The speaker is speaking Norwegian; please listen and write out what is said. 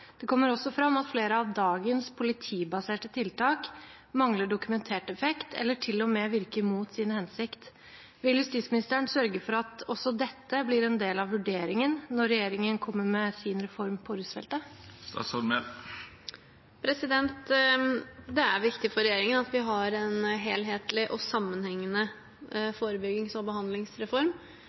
Det kommer også fram at flere av dagens politibaserte tiltak mangler dokumentert effekt, eller til og med virker mot sin hensikt. Vil justisministeren sørge for at også dette blir en del av vurderingen når regjeringen kommer med sin reform på rusfeltet? Det er viktig for regjeringen at vi har en helhetlig og sammenhengende forebyggings- og behandlingsreform,